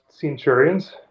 centurions